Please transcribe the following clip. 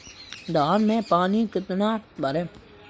धान में पानी कितना भरें?